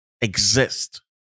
exist